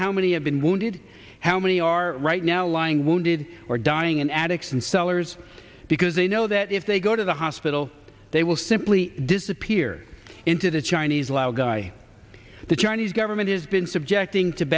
how many have been wounded how many are right now lying wounded or dying and addicts and sellers because they know that if they go to the hospital they will simply disappear into the chinese laogai the chinese government has been subjecting t